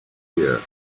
here